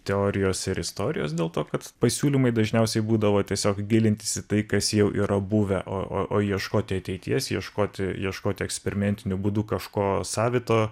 teorijos ir istorijos dėl to kad pasiūlymai dažniausiai būdavo tiesiog gilintis į tai kas jau yra buvę o o o ieškoti ateities ieškoti ieškoti eksperimentiniu būdu kažko savito